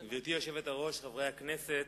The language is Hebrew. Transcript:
גברתי היושבת-ראש, חברי הכנסת,